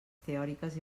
teòriques